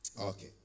Okay